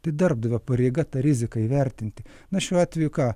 tai darbdavio pareiga tą riziką įvertinti na šiuo atveju ką